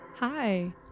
Hi